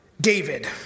David